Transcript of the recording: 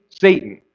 Satan